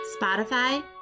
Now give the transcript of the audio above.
Spotify